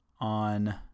on